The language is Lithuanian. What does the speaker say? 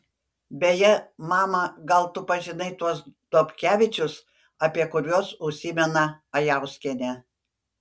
beje mama gal tu pažinai tuos dobkevičius apie kuriuos užsimena ajauskienė